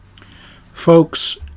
Folks